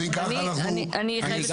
אני מצטרף.